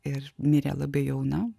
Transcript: ir mirė labai jauna